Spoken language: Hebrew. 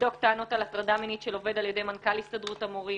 לבדוק טענות על הטרדה מינית של עובד על ידי מנכ"ל הסתדרות המורים,